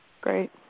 Great